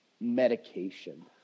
medication